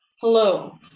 hello